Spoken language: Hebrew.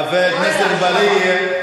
חבר הכנסת אגבאריה,